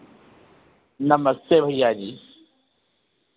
नमस्ते भैया जी